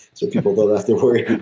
so people don't have to